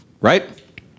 right